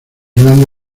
grande